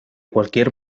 cualquier